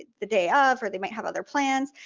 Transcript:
the day of, or they might have other plans,